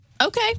Okay